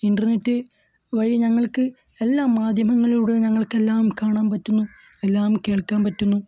internet വഴി ഞങ്ങൾക്ക് എല്ലാം മാധ്യമങ്ങളിലൂടെ ഞങ്ങൾക്കെല്ലാം കാണാൻ പറ്റുന്നു എല്ലാം കേൾക്കാൻ പറ്റുന്നു